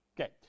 Okay